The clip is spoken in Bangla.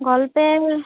গল্পের